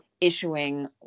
issuing